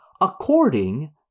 according